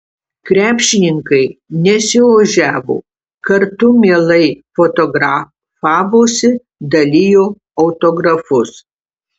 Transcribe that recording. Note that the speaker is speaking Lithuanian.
krepšininkai nesiožiavo kartu mielai fotografavosi dalijo autografus